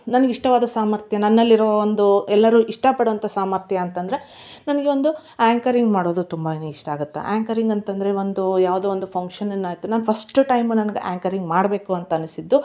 ನನ್ಗೆ ಇಷ್ಟವಾದ ಸಾಮರ್ಥ್ಯ ನನ್ನಲ್ಲಿರೊ ಒಂದು ಎಲ್ಲರು ಇಷ್ಟ ಪಡೋವಂಥ ಸಾಮರ್ಥ್ಯ ಅಂತಂದರೆ ನನಗೆ ಒಂದು ಆ್ಯಂಕರಿಂಗ್ ಮಾಡೋದು ತುಂಬಾನೆ ಇಷ್ಟ ಆಗತ್ತೆ ಆ್ಯಂಕರಿಂಗ್ ಅಂತಂದರೆ ಒಂದು ಯಾವುದೋ ಒಂದು ಫಂಕ್ಷನಿನ್ನ ಆಯಿತು ನಾನು ಫಸ್ಟ್ ಟೈಮ್ ನನ್ಗ ಆ್ಯಂಕರಿಂಗ್ ಮಾಡಬೇಕು ಅಂತ ಅನ್ಸಿದ್ದು